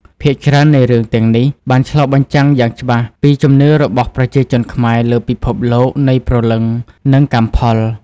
ភាគច្រើននៃរឿងទាំងនេះបានឆ្លុះបញ្ចាំងយ៉ាងច្បាស់ពីជំនឿរបស់ប្រជាជនខ្មែរលើពិភពលោកនៃព្រលឹង និងកម្មផល។